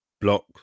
block